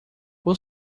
por